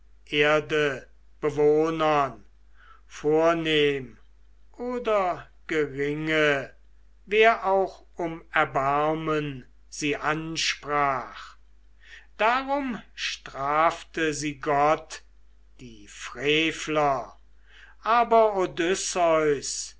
allen erdebewohnern vornehm oder geringe wer auch um erbarmen sie ansprach darum strafte sie gott die freveler aber